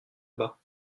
bas